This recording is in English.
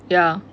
ya